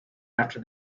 after